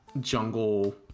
jungle